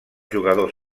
jugadors